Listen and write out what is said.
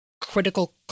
critical